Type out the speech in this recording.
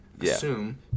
assume